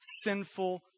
sinful